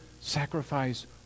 sacrifice